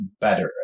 better